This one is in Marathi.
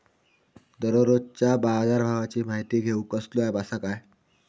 दररोजच्या बाजारभावाची माहिती घेऊक कसलो अँप आसा काय?